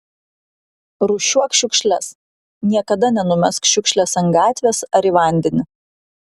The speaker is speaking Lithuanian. rūšiuok šiukšles niekada nenumesk šiukšlės ant gatvės ar į vandenį